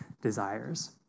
desires